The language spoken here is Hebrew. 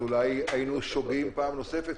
אז אולי היינו שוגים פעם נוספת,